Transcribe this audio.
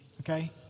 Okay